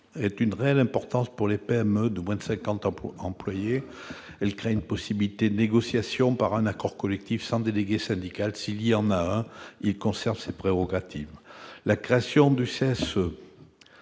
donc une réelle importance pour les PME de moins de 50 employés. Il crée une possibilité de négociation par un accord collectif sans délégué syndical ; s'il y en a un, celui-ci conserve ses prérogatives. Le comité social